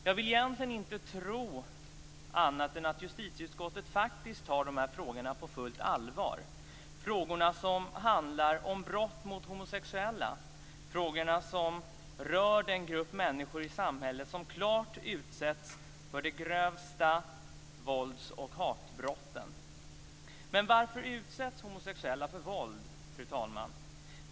Jag vill egentligen inte tro annat än att justitieutskottet faktiskt tar dessa frågor på allvar, frågor som handlar om homosexuella, frågor som rör den grupp människor i samhället som klart utsätts för de grövsta vålds och hatbrott. Varför utsätts homosexuella för våld?